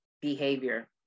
behavior